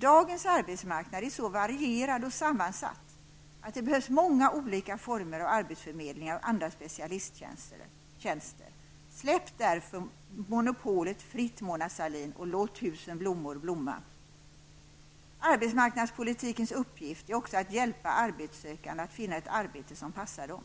Dagens arbetsmarknad är så varierad och sammansatt att det behövs många olika former av arbetsförmedlingar och andra specialisttjänster. Släpp därför monopolet fritt, Mona Sahlin, och låt tusen blommor blomma! Arbetsmarknadspolitikens uppgift är också att hjälpa arbetssökande att finna ett arbete som passar dem.